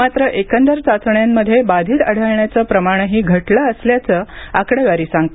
मात्र एकंदर चाचण्यांमध्ये बाधित आढळण्याचं प्रमाणही घटलं असल्याचं आकडेवारी सांगते